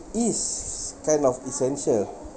is kind of essential